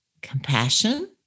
compassion